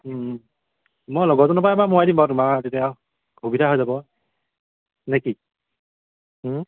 মই লগৰজনৰ পৰাই মৰোৱাই দিম বাৰু তোমাৰ তেতিয়া সুবিধা হৈ যাব নে কি